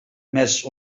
més